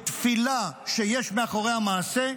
בתפילה שיש מאחוריה מעשה,